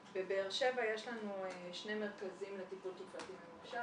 בבאר שבע יש לנו שני מרכזים לטיפול תוצאתי ממושך,